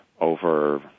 over